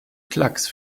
klacks